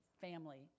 family